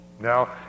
Now